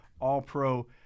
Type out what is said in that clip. all-pro